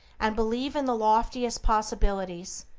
and believe in the loftiest possibilities.